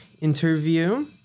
interview